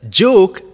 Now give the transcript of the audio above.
joke